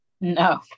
No